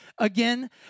again